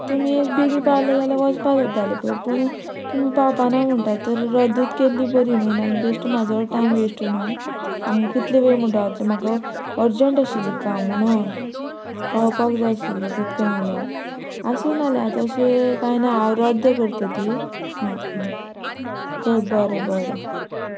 तुमी एक बेगीन पावलें जाल्यार वचपा जातालें पय पूण तुमी पावपाना म्हणटात तर रद्दत केल्ली बरी न्हू नाल्यार बेश्ट म्हाजोय टायम वेस्ट न्हू हांगा कितले वेळ म्हणो रावतलें म्हाका अर्जंट आशिल्लें काम म्हणून पावपाक जाय आशिल्लें तितकें म्हणल्यार आसूं नाल्या तशें कांय ना हांव रद्द करतां ती आं आं बरें बरें